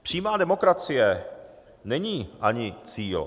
Přímá demokracie není ani cíl.